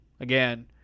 again